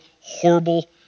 horrible